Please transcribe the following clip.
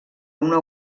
una